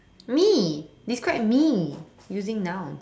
me describe me using noun